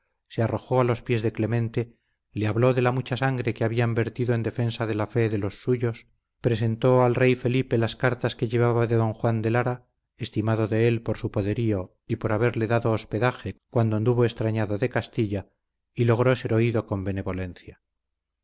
se arrojó a los pies de clemente le habló de la mucha sangre que habían vertido en defensa de la fe de los suyos presentó al rey felipe las cartas que llevaba de don juan de lara estimado de él por su poderío y por haberle dado hospedaje cuando anduvo extrañado de castilla y logró ser oído con benevolencia